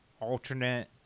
alternate